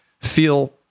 feel